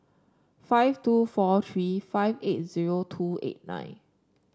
five two four three five eight zero two eight nine